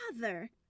Father